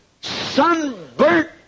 sunburnt